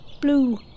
Blue